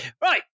Right